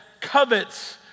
covets